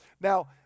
Now